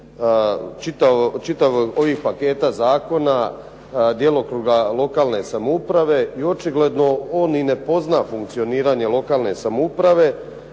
čitavih ovih paketa zakona, djelokruga lokalne samouprave i očigledno on ni ne pozna funkcioniranje lokalne samouprave.